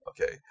Okay